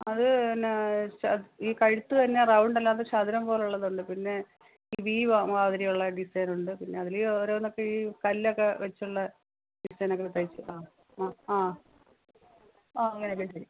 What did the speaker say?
അത് പിന്നെ ഈ കഴുത്ത് തന്നെ റൗണ്ടല്ലാതെ ചതുരം പോലെ ഉള്ളതേ ഉള്ളൂ പിന്നെ ഈ വി മാതിരി ഉള്ള ഡിസൈനുണ്ട് പിന്നെ അതിൽ ഓരോന്നൊക്കെ ഈ കല്ലൊക്കെ വച്ചുള്ള ഡിസൈനൊക്കെ തയ്ച്ച് ആ ആ ആ ആ അങ്ങനെയൊക്കെ ചെയ്യും